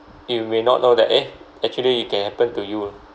you may not know that eh actually it can happen to you ah